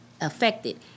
affected